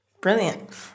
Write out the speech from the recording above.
Brilliant